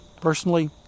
personally